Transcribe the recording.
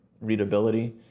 readability